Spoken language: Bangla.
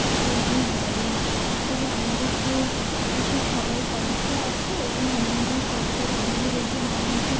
যদি আপনি বলেন আসলে আমাদের তো ওই অফিসের সবাই কলিগরা আছে এবং আপনাদের কত টাকা বিল হয়েছে না হয়েছে